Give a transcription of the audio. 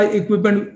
equipment